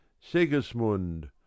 sigismund